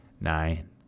Nine